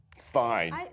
fine